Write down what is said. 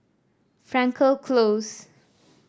Frankel Close